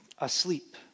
asleep